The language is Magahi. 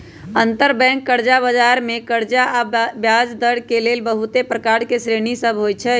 अंतरबैंक कर्जा बजार मे कर्जा आऽ ब्याजदर के लेल बहुते प्रकार के श्रेणि सभ होइ छइ